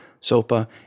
SOPA